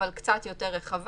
אבל קצת יותר רחבה: